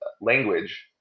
language